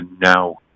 now